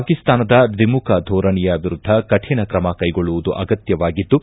ಪಾಕಿಸ್ತಾನದ ದ್ವಿಮುಖ ಧೋರಣೆಯ ವಿರುದ್ಧ ಕಠಿಣ ಕ್ರಮ ಕೈಗೊಳ್ಳುವುದು ಅತ್ಯಗತ್ಯವಾಗಿದ್ದು